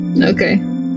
Okay